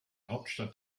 hauptstadt